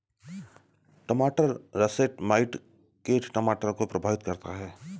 टमाटर russet mite कीट टमाटर को प्रभावित करता है